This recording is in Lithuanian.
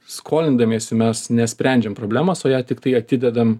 skolindamiesi mes nesprendžiam problemos o ją tiktai atidedam